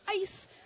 ice